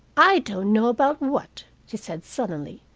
i don't know about what, she said sullenly.